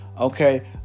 Okay